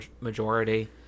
majority